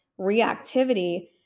reactivity